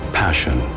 passion